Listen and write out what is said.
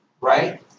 right